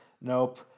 Nope